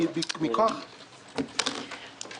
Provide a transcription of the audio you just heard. כי מכוח --- לא,